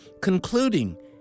concluding